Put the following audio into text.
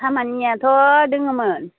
खामानियाथ' दङमोन